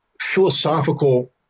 philosophical